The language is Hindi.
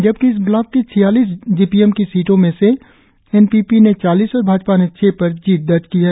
जबकि इस ब्लाक की छियालीस जी पी एम की सीटों में से एनपीपी ने चालीस और भाजपा ने छह पर जीत दर्ज की है